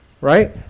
right